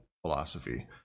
philosophy